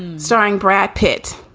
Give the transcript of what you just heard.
and starring brad pitt